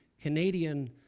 Canadian